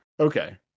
Okay